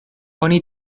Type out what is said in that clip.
oni